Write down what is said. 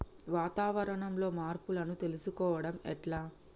వాతావరణంలో మార్పులను తెలుసుకోవడం ఎట్ల?